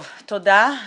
טוב, תודה.